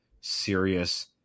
serious